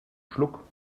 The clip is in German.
schluck